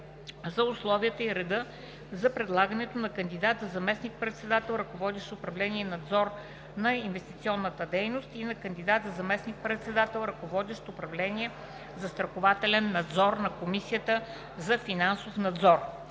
за условията и реда за предлагането на кандидат за заместник-председател, ръководещ управление „Надзор на инвестиционната дейност“, и на кандидат за заместник-председател, ръководещ управление „Застрахователен надзор“, на Комисията за финансов надзор,